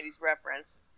reference